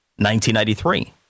1993